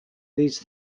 these